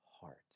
heart